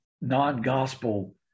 non-gospel